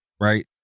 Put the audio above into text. Right